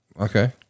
Okay